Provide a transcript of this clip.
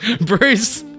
Bruce